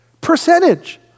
percentage